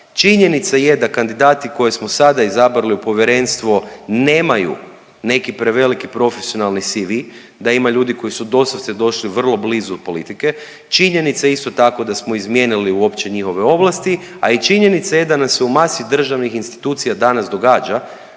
Činjenica je da kandidati koje smo sada izabrali u povjerenstvo, nemaju neki preveliki profesionalni CV, da ima ljudi koji su doslovce došli vrlo blizu politike, činjenica je isto tako da smo izmijenili uopće njihove ovlasti, a i činjenica je da nam se u masi državnih institucija danas događa,